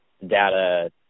data